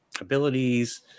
abilities